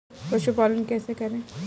पशुपालन कैसे करें?